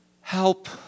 Help